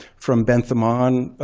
from bentham on,